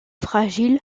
fragile